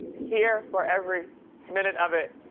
here for every minute of it.